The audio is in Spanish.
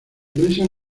iglesia